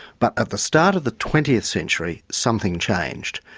but at the start of the twentieth century, something changed,